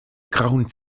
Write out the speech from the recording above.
grauen